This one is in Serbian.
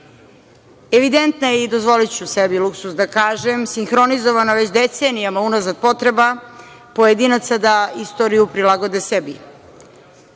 razlike. Evidentna je, i dozvoliću sebi luksuz da kažem, sinhronizovana već decenijama unazad potreba pojedinaca da istoriju prilagode sebi.